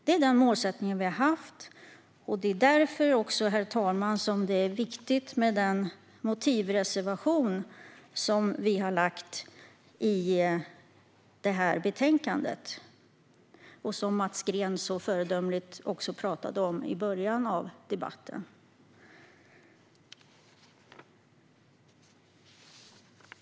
Det är därför, herr talman, som den motivreservation som vi har i betänkandet och som Mats Green så föredömligt talade om i början av debatten är så viktig.